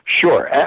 Sure